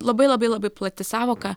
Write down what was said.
labai labai labai plati sąvoka